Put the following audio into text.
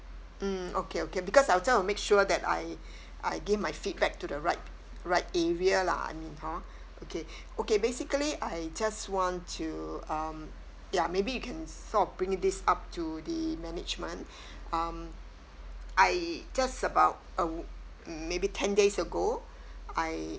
mm okay okay because I just want to make sure that I I give my feedback to the right right area lah I mean hor okay okay basically I just want to um ya maybe you can sort of bring this up to the management um I just about a wee~ mm maybe ten days ago I